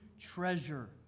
treasure